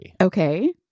Okay